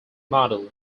model